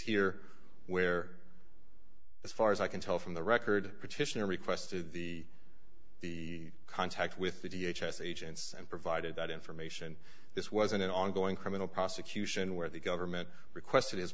here where as far as i can tell from the record petitioner requested the the contact with the t h s agents and provided that information this was an ongoing criminal prosecution where the government requested h